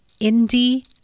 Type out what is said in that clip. indie